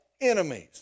enemies